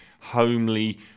homely